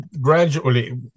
gradually